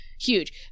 huge